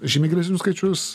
žymiai geresnius skaičius